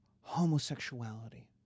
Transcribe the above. homosexuality